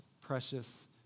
precious